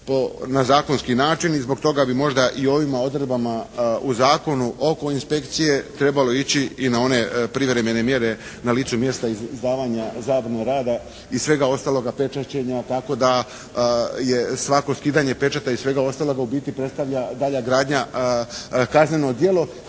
na zakonski način i zbog toga bi možda i ovima odredbama o zakonu oko inspekcije trebalo ići i na one privremene mjere na licu mjesta i izdavanja zabrana rada i svega ostaloga pečaćenja tako da je svako skidanje pečata i svega ostaloga u biti predstavlja dalja gradnja, kazneno djelo.